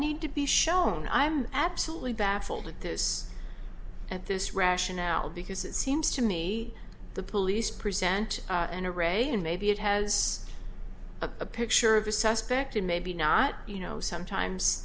need to be shown i'm absolutely baffled at this at this rationale because it seems to me the police present an array and maybe it has a picture of a suspect and maybe not you know sometimes